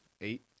Eight